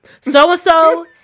so-and-so